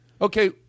Okay